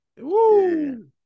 Woo